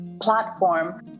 platform